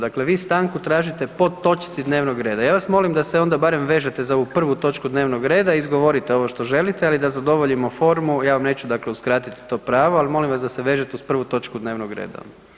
Dakle, vi stanku tražite po točci dnevnog reda, a ja vas molim da se onda barem vežete za ovu prvu točku dnevnog reda i izgovorite ovo što želite, ali da zadovoljimo formu ja vam neću dakle uskratiti to pravo, ali molim vas da se vežete uz prvu točku dnevnog reda.